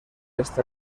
este